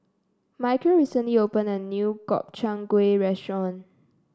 Michale recently opened a new Gobchang Gui Restaurant